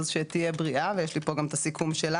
אז שתהיה בריאה, יש לי פה גם את הסיכום שלה.